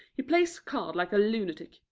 he plays cards like a lunatic.